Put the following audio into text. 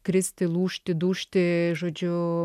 kristi lūžti dužti žodžiu